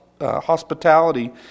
hospitality